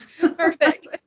Perfect